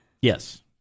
Yes